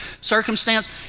circumstance